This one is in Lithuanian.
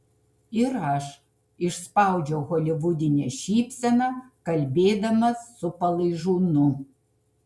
ir aš išspaudžiau holivudinę šypseną kalbėdamas su palaižūnu